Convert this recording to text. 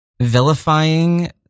vilifying